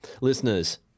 Listeners